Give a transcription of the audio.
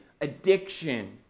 addiction